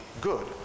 good